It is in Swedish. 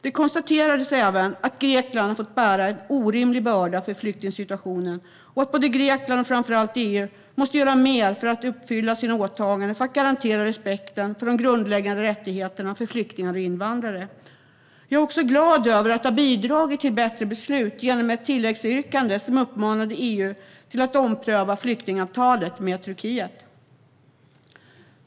Det konstaterades även att Grekland har fått bära en orimlig börda för flyktingsituationen och att Grekland och framför allt EU måste göra mer för att uppfylla sina åtaganden för att garantera respekten för de grundläggande rättigheterna för flyktingar och invandrare. Jag är glad över att ha bidragit till bättre beslut genom ett tilläggsyrkande som uppmanade EU att ompröva flyktingavtalet med Turkiet.